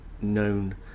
known